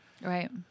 Right